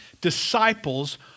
disciples